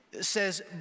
says